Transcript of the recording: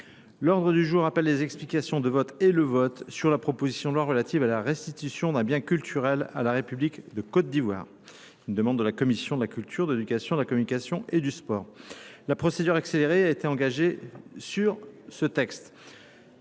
L'ordre du jour appelle les explications de vote et le vote sur la proposition de loi relative à la restitution d'un bien culturel à la République de Côte d'Ivoire. Une demande de la Commission de la Culture, d'Education, de la Communication et du Sport. La procédure accélérée a été engagée sur ce texte.